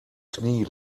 knie